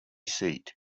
seat